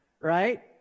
right